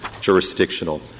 jurisdictional